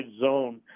zone